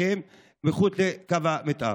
שהם מחוץ לקו המתאר?